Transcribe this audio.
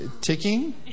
ticking